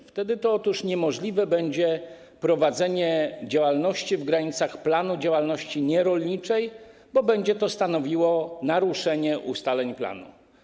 Otóż wtedy niemożliwe będzie prowadzenie działalności w granicach planu działalności nierolniczej, bo będzie to stanowiło naruszenie ustaleń planu.